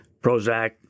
Prozac